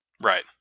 Right